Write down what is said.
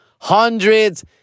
Hundreds